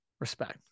Respect